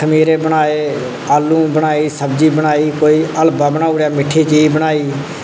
खमीरे बनाए आलू बनाए सब्जी बनाई कोई हलवा बनाई ओड़ेआ कोई मिट्ठी चीज बनाई कोई